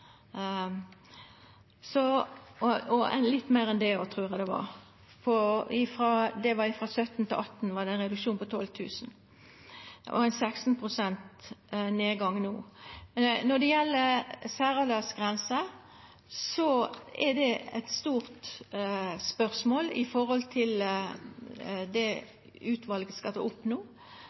det var litt meir enn det òg. Frå 2017 til 2018 var det ein reduksjon på 12 000, og no var det ein nedgang på 16 pst. Når det gjeld særaldersgrensa, er det eit stort spørsmål som utvalet skal ta opp,